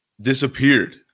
disappeared